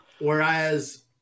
Whereas